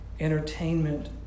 Entertainment